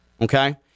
okay